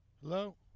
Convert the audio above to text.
Hello